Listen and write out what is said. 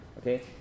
okay